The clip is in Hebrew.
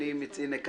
הנה,